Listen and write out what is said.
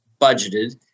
budgeted